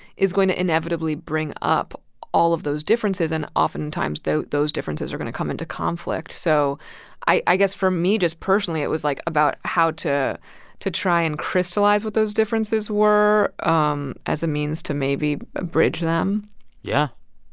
is going to inevitably bring up all of those differences. and oftentimes, those differences are going to come into conflict. so i guess for me, just personally, it was, like, about how to to try and crystallize what those differences were um as a means to maybe bridge them yeah,